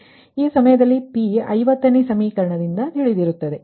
ಆದ್ದರಿಂದ ಆ ಸಮಯದಲ್ಲಿ P 50 ನೇ ಸಮೀಕರಣದಿಂದ ತಿಳಿದಿರುತ್ತದೆ